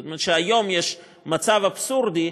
זאת אומרת שכיום יש מצב אבסורדי: